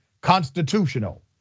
constitutional